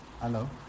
Hello